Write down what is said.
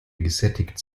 gesättigt